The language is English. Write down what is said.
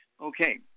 Okay